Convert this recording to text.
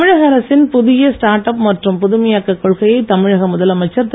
தமிழக அரசின் புதிய ஸ்டார்ட் அப் மற்றும் புதுமையாக்க கொள்கையை தமிழக முதலமைச்சர் திரு